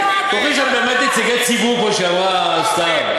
תוכיחו שאתם באמת נציגי ציבור, כמו שאמרה סתיו.